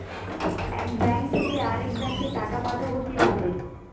এক ব্যাংক থেকে আরেক ব্যাংকে টাকা পাঠাবো কিভাবে?